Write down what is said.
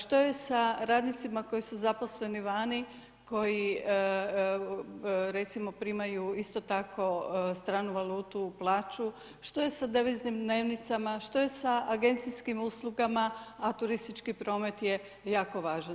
Što je sa radnicima koji su zaposleni vani, koji recimo primaju isto tako stranu valutu, plaću, što je sa deviznim dnevnicama, što je sa agencijskim uslugama a turistički promet je jako važan?